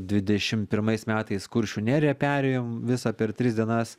dvidešim pirmais metais kuršių neriją perėjom visą per tris dienas